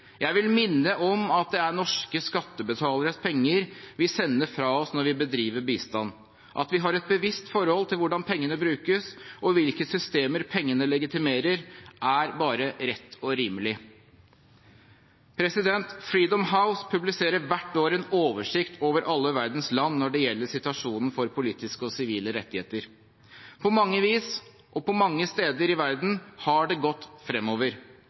Jeg vil minne om at det er norske skattebetaleres penger vi sender fra oss når vi bedriver bistand. At vi har et bevisst forhold til hvordan pengene brukes og hvilke systemer pengene legitimerer, er bare rett og rimelig. Freedom House publiserer hvert år en oversikt over alle vedens land når det gjelder situasjonen for politiske og sivile rettigheter. På mange vis og på mange steder i verden har det gått fremover,